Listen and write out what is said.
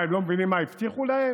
מה, הם לא מבינים מה הבטיחו להם?